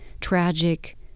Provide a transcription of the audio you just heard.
tragic